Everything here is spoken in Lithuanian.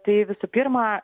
tai visų pirma